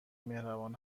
مهربان